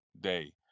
day